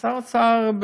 שר האוצר,